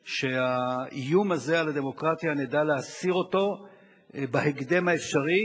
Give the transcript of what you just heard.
שאת האיום הזה על הדמוקרטיה נדע להסיר בהקדם האפשרי,